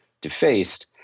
Defaced